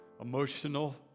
emotional